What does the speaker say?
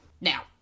Now